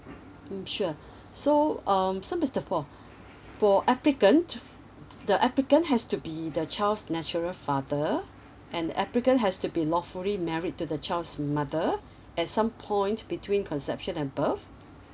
mm sure so um so mister paul for applicant the applicant has to be the child's natural father and applicant has to be lawfully married to the child's mother at some points between conception and birth